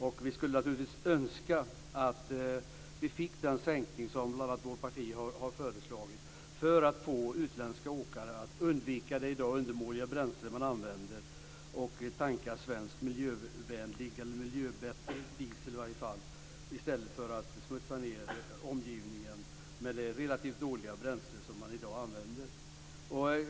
Vi skulle naturligtvis önska den sänkning som bl.a. vårt parti har föreslagit för att få utländska åkare att undvika att smutsa ned omgivningen med det i dag undermåliga bränsle de använder och i stället tanka svensk miljöbättre diesel.